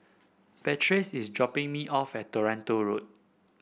Patrice is dropping me off at Toronto Road